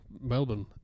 Melbourne